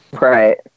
Right